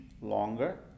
longer